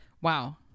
Wow